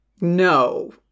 No